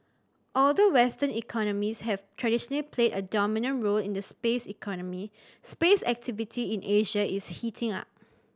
although western economies have traditionally played a dominant role in the space economy space activity in Asia is heating up